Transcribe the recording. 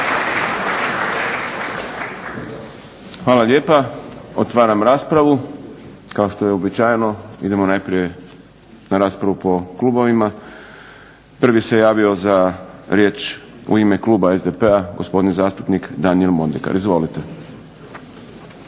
Hvala lijepa. Otvaram raspravu. Kao što je uobičajeno idemo najprije na raspravu po klubovima. Prvi se javio za riječ u ime kluba SDP-a gospodin zastupnik Daniel Mondekar. Izvolite.